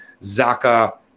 Zaka